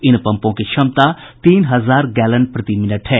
इन पम्पों की क्षमता तीन हजार गैलन प्रति मिनट है